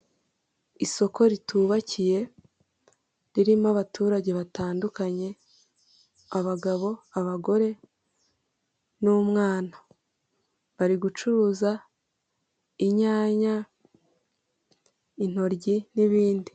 Isoko ritubakiye ririmo abaturage batandukanye, abagabo, abagore n'umwana bari gucuruza inyanya, intoryi n'ibindi.